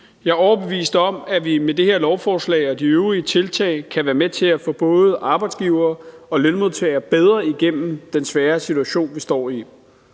Jeg er overbevist om, at vi med det her lovforslag og de øvrige tiltag kan være med til at få både arbejdsgivere og lønmodtagere bedre igennem den svære situation, vi står i.